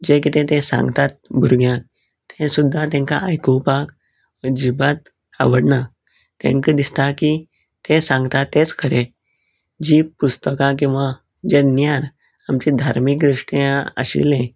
जें कितें ते सांगतात भुरग्यांक तें सुद्दां तेंका आयकूपाक अजीबात आवडना तेंकां दिसता की तें सांगता तेंच खरें जीं पुस्तकां किंवां जें ज्ञान आमच्या धार्मीक दृश्ट्या आशिल्लें